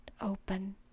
open